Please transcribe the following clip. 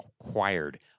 acquired